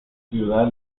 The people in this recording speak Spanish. ciudad